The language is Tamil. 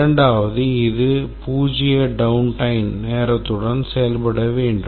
இரண்டாவது இது பூஜ்ஜிய down time நேரத்துடன் செயல்பட வேண்டும்